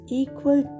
equal